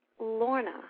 Lorna